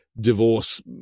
divorce